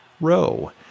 Row